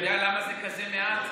אתה יודע למה זה כזה מעט?